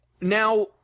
Now